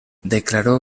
declaró